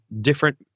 different